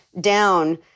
down